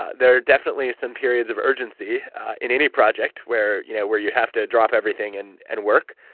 there are definitely some periods of urgency in any project where you know where you have to drop everything and and work.